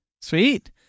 sweet